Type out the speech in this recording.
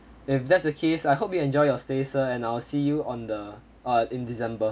if that's the case I hope you enjoy your stay sir and I'll see you on the uh in december